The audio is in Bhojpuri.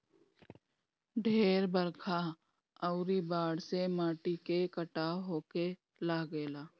ढेर बरखा अउरी बाढ़ से माटी के कटाव होखे लागेला